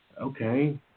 Okay